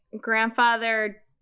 grandfather